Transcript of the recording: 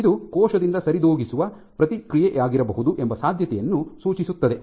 ಇದು ಕೋಶದಿಂದ ಸರಿದೂಗಿಸುವ ಪ್ರತಿಕ್ರಿಯೆಯಾಗಿರಬಹುದು ಎಂಬ ಸಾಧ್ಯತೆಯನ್ನು ಸೂಚಿಸುತ್ತದೆ